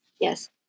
Yes